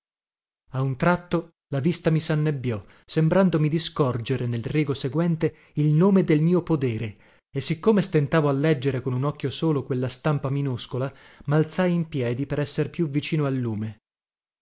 a un tratto la vista mi sannebbiò sembrandomi di scorgere nel rigo seguente il nome del mio podere e siccome stentavo a leggere con un occhio solo quella stampa minuscola malzai in piedi per essere più vicino al lume